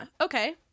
Okay